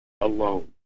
Alone